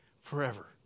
forever